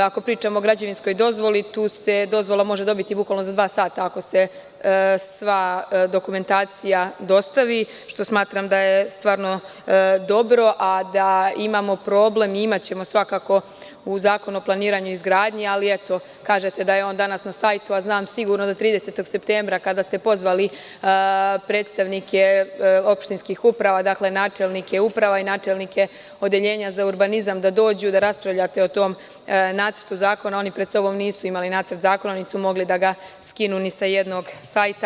Ako pričamo o građevinskoj dozvoli, tu se dozvola može dobiti bukvalno za dva sata, ako se sva dokumentacija dostavi, što smatram da je stvarno dobro, a da imamo problem, imaćemo svakako u Zakonu o planiranju i izgradnji, ali eto, kažete da je on danas na sajtu, a znam sigurno da 30. septembra kada ste pozvali predstavnike opštinskih uprava, dakle načelnike uprave i načelnike Odeljenja za urbanizam, da raspravljaju o tom nacrtu zakona, oni pred sobom nisu imali Nacrt zakona, niti su mogli da ga skinu ni sa jednog sajta.